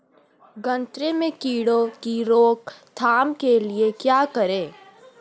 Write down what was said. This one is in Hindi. गन्ने में कीड़ों की रोक थाम के लिये क्या करें?